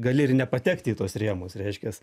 gali ir nepatekti į tuos rėmus reiškias